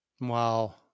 Wow